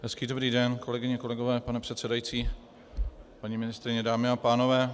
Hezký dobrý den, kolegyně, kolegové, pane předsedající, paní ministryně, dámy a pánové.